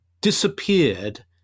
disappeared